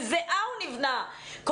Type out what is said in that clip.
הוא נבנה בזעה.